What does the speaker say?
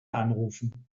anrufen